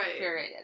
Curated